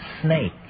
snake